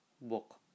book